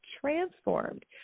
transformed